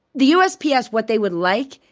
the usps, yeah what they would like,